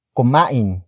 Kumain